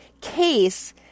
case